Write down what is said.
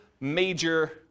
major